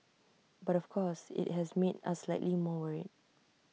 but of course IT has made us slightly more worried